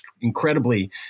Incredibly